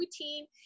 routine